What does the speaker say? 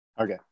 Okay